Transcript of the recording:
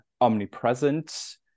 omnipresent